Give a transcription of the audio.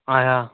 अच्छा